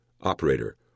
Operator